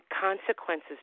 consequences